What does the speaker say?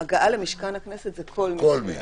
הגעה למשכן הכנסת זה כל מי שצריך.